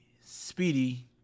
speedy